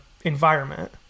environment